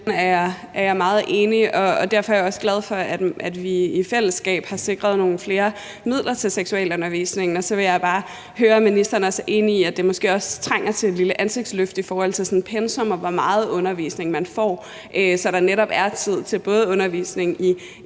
Jeg er meget enig. Derfor er jeg også glad for, at vi i fællesskab har sikret nogle flere midler til seksualundervisningen. Så vil jeg bare høre, om ministeren også er enig i, at det måske også trænger til en lille ansigtsløftning, når det gælder pensum, og hvor meget undervisning man får, så der netop er tid til både undervisning i